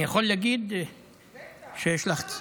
אני יכול להגיד שיש לך, בטח.